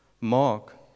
Mark